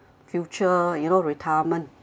future you know retirement